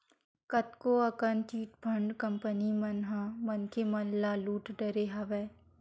कतको अकन chit fund company मन ह मनखे मन ल लुट डरे हवय